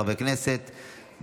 של חבר הכנסת יוסף טייב.